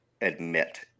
admit